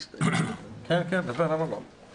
ח"כ אוסאמה סעדי